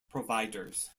providers